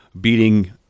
beating